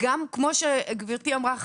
כמו שגברתי אמרה,